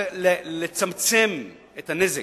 לצמצם את הנזק,